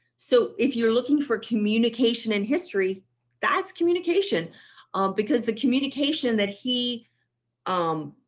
so if you're looking for communication and history that's communication um because the communication that he um